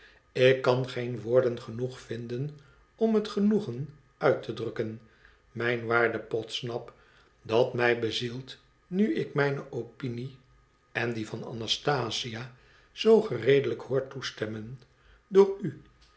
ik kan geen woorden genoeg vinden om het genoegen uit te drukken mijn waarde podsnap dat mij bezielt nu ik mijne opinie en die van anastasia zoo gereedelijk hoor toestemmen door u